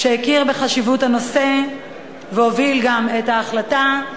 שהכיר בחשיבות הנושא והוביל גם את ההחלטה,